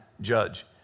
judge